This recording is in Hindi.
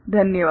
धन्यवाद